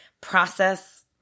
process